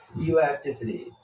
Elasticity